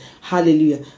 Hallelujah